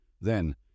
Then